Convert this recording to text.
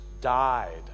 died